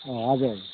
हजुर